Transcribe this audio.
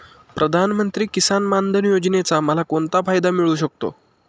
प्रधानमंत्री किसान मान धन योजनेचा मला कोणता फायदा मिळू शकतो?